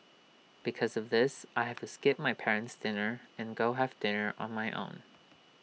because of this I have to skip my parent's dinner and go have dinner on my own